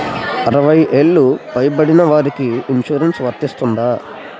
అరవై ఏళ్లు పై పడిన వారికి ఇన్సురెన్స్ వర్తిస్తుందా?